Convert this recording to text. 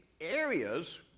areas